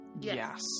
Yes